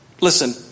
listen